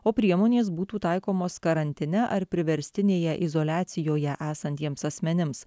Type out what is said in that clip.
o priemonės būtų taikomos karantine ar priverstinėje izoliacijoje esantiems asmenims